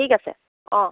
ঠিক আছে অ'